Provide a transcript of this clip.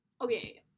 okay